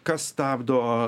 kas stabdo